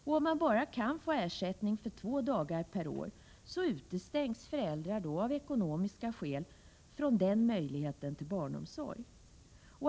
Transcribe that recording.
Om man bara kan få ersättning för två dagar per år utestängs föräldrar av ekonomiska skäl från den möjligheten till barnomsorg.